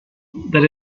that